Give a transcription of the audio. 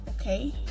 okay